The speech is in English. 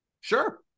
Sure